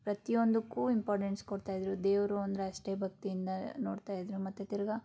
ಪ್ರತಿಯೊಂದಕ್ಕೂ ಇಂಪಾರ್ಟೆನ್ಸ್ ಕೊಡ್ತಾಯಿದ್ದರು ದೇವರು ಅಂದರೆ ಅಷ್ಟೇ ಭಕ್ತಿಯಿಂದ ನೋಡ್ತಾಯಿದ್ದರು ಮತ್ತು ತಿರ್ಗಿ